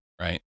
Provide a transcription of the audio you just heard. right